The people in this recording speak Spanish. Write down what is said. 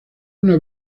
una